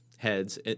heads